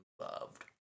loved